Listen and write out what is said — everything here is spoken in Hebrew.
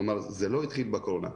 כלומר זה לא התחיל בקורונה.